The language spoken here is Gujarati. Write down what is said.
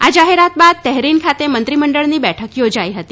આ જાહેરાત બાદ તેહરીન ખાતે મંત્રીમંડળની બેઠક યોજાઈ હતી